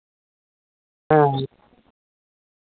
ᱦᱮᱸ ᱦᱮᱸ